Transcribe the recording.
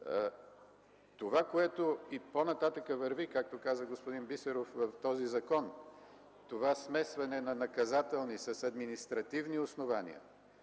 Това, което и по-нататък върви, както каза господин Бисеров, в този закон, това смесване на наказателни с административни основания,